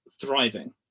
thriving